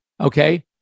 Okay